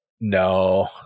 No